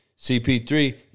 CP3